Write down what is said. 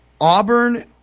Auburn